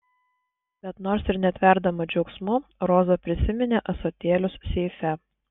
bet nors ir netverdama džiaugsmu roza prisiminė ąsotėlius seife